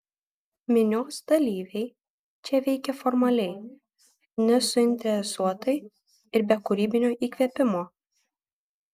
minios dalyviai čia veikė formaliai nesuinteresuotai ir be kūrybinio įkvėpimo